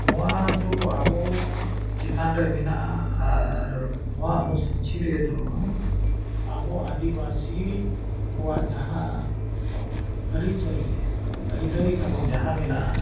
ᱱᱚᱣᱟᱫᱚ ᱟᱵᱚ ᱪᱮᱛᱟᱱ ᱨᱮ ᱢᱮᱱᱟᱜᱼᱟ ᱟᱨ ᱱᱚᱣᱟ ᱚᱱᱩᱥᱩᱪᱤ ᱨᱮᱫᱚ ᱟᱵᱚ ᱟᱹᱫᱤᱵᱟᱹᱥᱤ ᱠᱚᱣᱟᱜ ᱡᱟᱦᱟᱸ ᱟᱹᱨᱤᱪᱟᱹᱞᱤ ᱟᱹᱭᱫᱟᱹᱨᱤ ᱛᱟᱵᱚᱱ ᱡᱟᱦᱟᱸ ᱢᱮᱱᱟᱜᱼᱟ